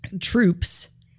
troops